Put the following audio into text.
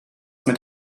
mit